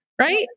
right